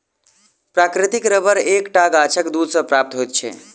प्राकृतिक रबर एक टा गाछक दूध सॅ प्राप्त होइत छै